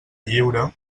lliure